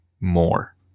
more